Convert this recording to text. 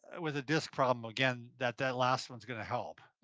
with a disc problem, again, that that last one's gonna help.